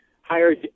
higher